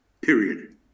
period